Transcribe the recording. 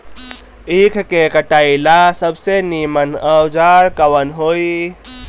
ईख के कटाई ला सबसे नीमन औजार कवन होई?